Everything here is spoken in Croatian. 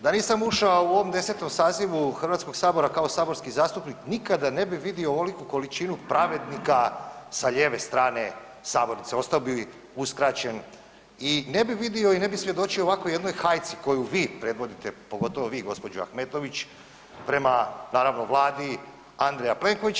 Da nisam ušao u ovom 10. sazivu Hrvatskog sabora kao saborski zastupnik nikada ne bi vidio ovoliku količinu pravednika sa lijeve strane sabornice, ostao bi uskraćen i ne bi vidio i ne bi svjedočio ovakvoj jednoj hajci koju vi predvodite, pogotovo vi gospođo Ahmetović prema naravno Vladi Andreja Plenovića.